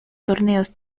torneos